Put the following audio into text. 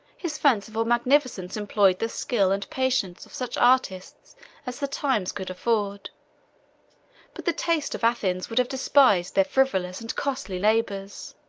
his fanciful magnificence employed the skill and patience of such artists as the times could afford but the taste of athens would have despised their frivolous and costly labors